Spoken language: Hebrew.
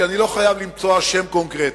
כי אני לא חייב למצוא אשם קונקרטי,